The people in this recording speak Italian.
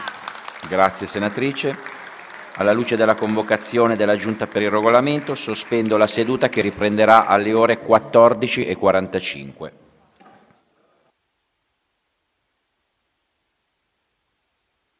finestra"). Alla luce della convocazione della Giunta per il Regolamento, sospendo la seduta, che riprenderà alle ore 14,45.